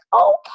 okay